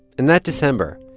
and that december,